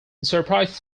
surprise